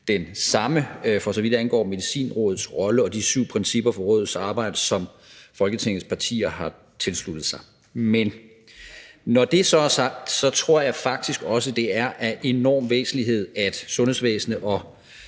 den samme, for så vidt angår Medicinrådets rolle og de syv principper for rådets arbejde, som Folketingets partier har tilsluttet sig. Men når det så er sagt, tror jeg faktisk også, at det er af enorm væsentlighed, at sundhedsvæsenet og